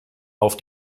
auf